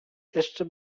jeszcze